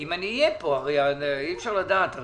אם אהיה פה והרי אי אפשר לדעת,